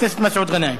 חבר הכנסת מסעוד גנאים.